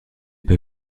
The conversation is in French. pas